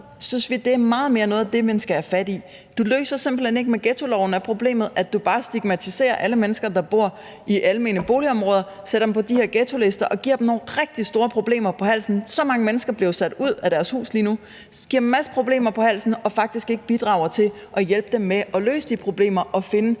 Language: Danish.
landet. Det er i meget højere grad noget det, man skal have fat i, synes vi. Man løser simpelt hen ikke problemet med ghettoloven, som bare betyder, at man stigmatiserer alle mennesker, der bor i almene boligområder; sætter dem på de her ghettolister og skaffer dem nogle rigtig store problemer på halsen. Utrolig mange mennesker er blevet sat ud af deres hjem lige nu, så man skaffer dem en masse problemer på halsen og bidrager faktisk ikke til at hjælpe dem med at løse de problemer og finde